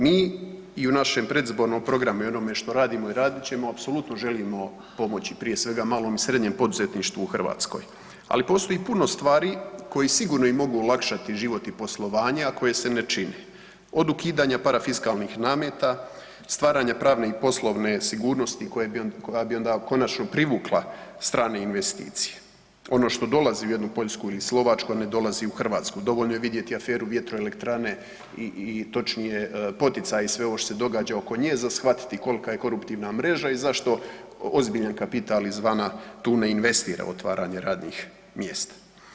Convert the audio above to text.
Mi i u našem predizbornom programu i onome što radimo i radit ćemo apsolutno želimo pomoći prije svega malom i srednjem poduzetništvu u Hrvatskoj, ali postoji puno stvari koji sigurno i mogu olakšati i život i poslovanje, a koje se ne čine, od ukidanja parafiskalnih nameta, stvaranja pravne i poslovne sigurnosti koje bi onda konačno privukla strane investicije, ono što dolazi u jednu Poljsku ili Slovačku, a ne dolazi u Hrvatsku. dovoljno je vidjeti aferu vjetroelektrane i točnije i poticaj i sve ovo što se događa oko nje, za shvatiti kolika je koruptivna mreža i zašto ozbiljan kapital izvana tu ne investira otvaranje radnih mjesta.